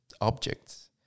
objects